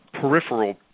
peripheral